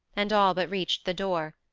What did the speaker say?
and all but reached the door.